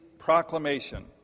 proclamation